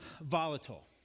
volatile